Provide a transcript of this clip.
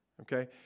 okay